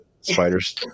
spiders